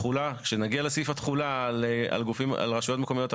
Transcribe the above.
כשנגיע לסעיף התחולה על רשויות מקומיות אחרות,